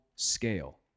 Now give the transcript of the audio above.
Scale